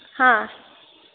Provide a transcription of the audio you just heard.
ꯍꯥ